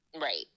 Right